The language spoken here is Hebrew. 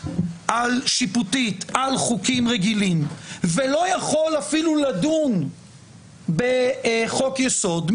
שיפוטית על חוקים ולא יכול אפילו לדון בחוק יסוד,